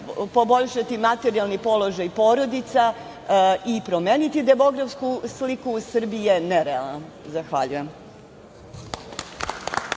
poboljšati materijalni položaj porodica i promeniti demografsku sliku u Srbiji je nerealan. Zahvaljujem.